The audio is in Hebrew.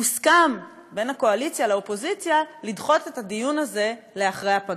הוסכם בין הקואליציה לאופוזיציה לדחות את הדיון הזה לאחרי הפגרה.